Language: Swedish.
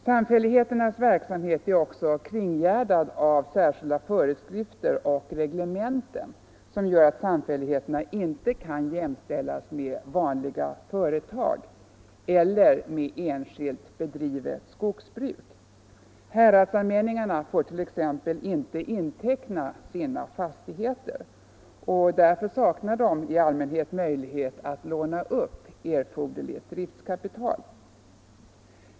Samfälligheternas verksamhet är också kringgärdad av särskilda föreskrifter och reglementen som gör att samfälligheterna inte kan jämställas med vanliga företag eller med enskilt drivet skogsbruk. Häradsallmän ningarna får t.ex. inte inteckna sina fastigheter, och därför saknar de i allmänhet möjlighet att låna upp erforderligt driftkapital.